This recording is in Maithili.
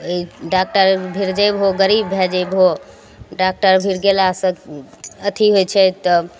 ई डाक्टर भिर जयबहो गरीब भए जयबहो डाक्टर भिर गेला सँ अथी होइ छै तब